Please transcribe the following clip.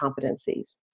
Competencies